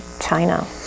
China